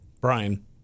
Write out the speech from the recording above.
Brian